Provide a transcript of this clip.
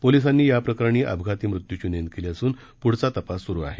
पोलीसांनी या प्रकरणी अपघाती मृत्यूची नोंद केली असून प्ढचा तपास सुरु आहे